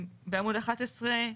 בעמוד 11,